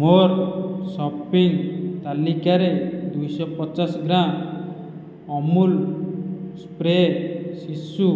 ମୋ'ର ସପିଙ୍ଗ୍ ତାଲିକାରେ ଦୁଇଶହ ପଚାଶ ଗ୍ରାମ ଅମୁଲ ସ୍ପ୍ରେ ଶିଶୁ